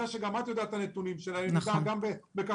שגם את רואה את הנתונים לגבי ירידה בכבישים,